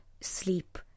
sleep